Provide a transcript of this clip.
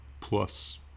plus